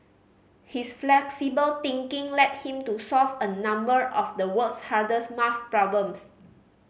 his flexible thinking led him to solve a number of the world's hardest maths problems